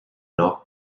not